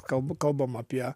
kalbu kalbam apie